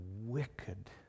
wicked